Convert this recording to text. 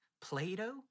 Plato